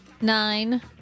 nine